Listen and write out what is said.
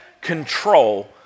control